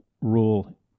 rule